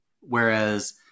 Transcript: Whereas